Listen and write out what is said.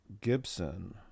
Gibson